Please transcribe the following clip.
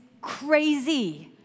crazy